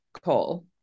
call